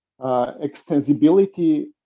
extensibility